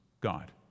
God